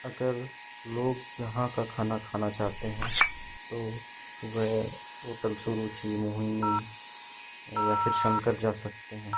अगर लोग यहाँ का खाना खाना चाहते हैं तो वह होटल सुरुचि मोहिनी या फिर शंकर जा सकते हैं